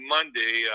Monday